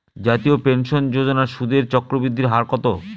জাতীয় পেনশন যোজনার সুদের চক্রবৃদ্ধি হার কত?